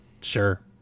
Sure